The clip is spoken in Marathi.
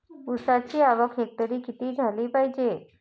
ऊसाची आवक हेक्टरी किती झाली पायजे?